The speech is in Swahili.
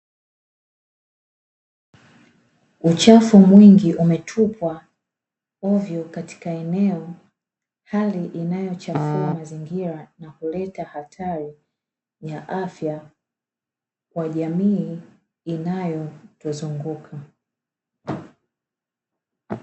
Uchafu mwingi umeputwa hovyo katika eneo, hali inayochafua mazingira na kuleta hatari ya afya kwa jamii inayotuzunguka.